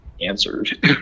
answered